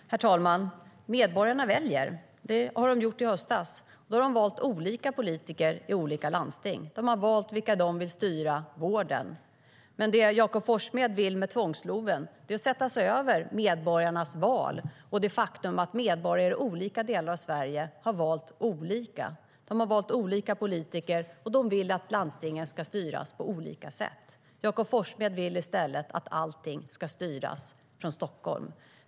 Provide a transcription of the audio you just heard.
Herr talman! Medborgarna väljer. Det har de gjort i höstas. Då har de valt olika politiker i olika landsting. De har valt vilka de vill ska styra vården. Men det Jakob Forssmed vill med tvångs-LOV är att sätta sig över medborgarnas val och det faktum att medborgare i olika delar av Sverige har valt olika. De har valt olika politiker, och de vill att landstingen ska styras på olika sätt. Jakob Forssmed vill i stället att allting ska styras från Stockholm.